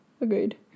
Agreed